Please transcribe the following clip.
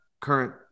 current